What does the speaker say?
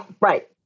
right